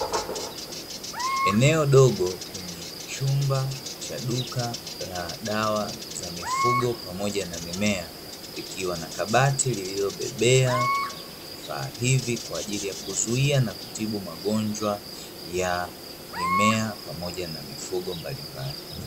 Eneo dogo kwenye chumba cha duka la dawa za mifugo pamoja na mimea, likiwa na kabati lililobebea vifaa hivi kwa ajili ya kuzuia na kutibu magonjwa ya mimea pamoja na mifugo mbalimbali.